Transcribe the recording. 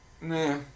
Nah